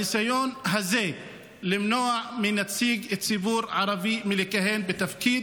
הניסיון הזה למנוע מנציג ציבור ערבי לכהן בתפקיד